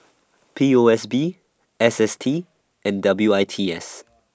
P O S B S S T and W I T S